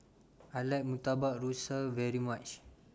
I like Murtabak Rusa very much